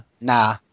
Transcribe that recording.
Nah